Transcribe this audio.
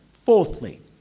fourthly